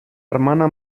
hermana